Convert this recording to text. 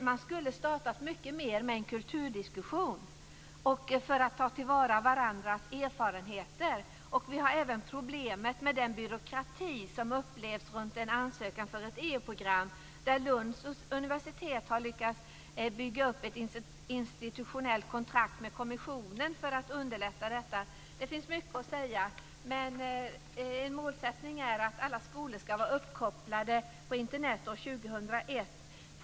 Man skulle ha startat mycket mer med en kulturdiskussion för att ta vara på varandras erfarenheter. Vi har även problemet med den byråkrati som upplevs runt en ansökan för ett EU-program. Lunds universitet har lyckats bygga upp ett institutionellt kontrakt med kommissionen för att underlätta detta. Det finns mycket att säga. En målsättning är att alla skolor inom EU ska vara uppkopplade på Internet år 2001.